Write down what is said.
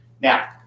Now